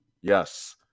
yes